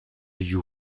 you